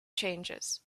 changes